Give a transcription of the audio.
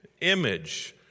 image